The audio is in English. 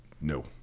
No